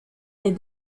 est